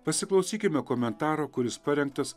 pasiklausykime komentaro kuris parengtas